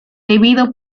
debido